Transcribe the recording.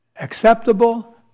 acceptable